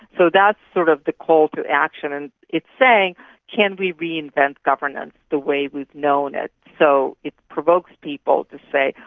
so that's sort of the call to action, and it's saying can we reinvent governance the way we've known it. so it provokes people to say,